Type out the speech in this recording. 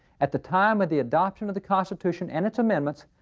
at the time of the adoption of the constitution and its amendments,